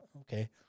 okay